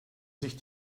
sich